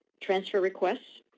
transfer requests,